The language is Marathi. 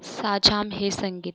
साझाम हे संगीत